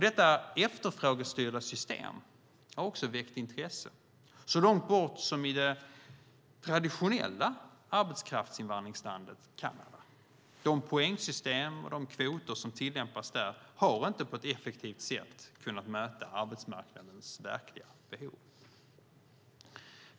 Detta efterfrågestyrda system har också väckt intresse så långt bort som i det traditionella arbetskraftsinvandringslandet Kanada. De poängsystem och de kvoter som tillämpas där har inte på ett effektivt sätt kunnat möta arbetsmarknadens verkliga behov.